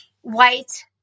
white